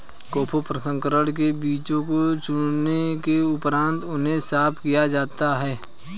cocoa प्रसंस्करण में बीजों को चुनने के उपरांत उन्हें साफ किया जाता है